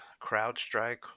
CrowdStrike